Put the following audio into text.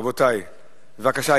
רבותי, בבקשה.